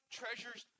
treasures